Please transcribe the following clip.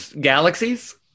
Galaxies